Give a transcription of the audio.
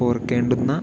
ഓർക്കേണ്ടുന്ന